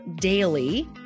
daily